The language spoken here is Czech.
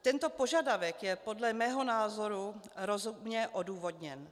Tento požadavek je podle mého názoru rozumně odůvodněn.